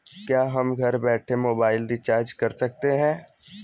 क्या हम घर बैठे मोबाइल रिचार्ज कर सकते हैं?